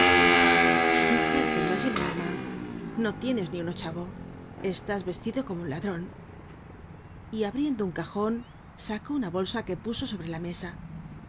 dijo el señor gillenormand no tienes ni un ochavo estás vestido como un ladron y abriendo un cajon sacó una bolsa que puso sobre la mesa